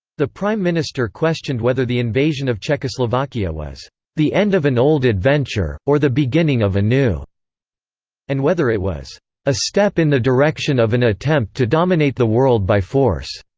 the prime minister questioned whether the invasion of czechoslovakia was the end of an old adventure, or the beginning of a new and whether it was a step in the direction of an attempt to dominate the world by force.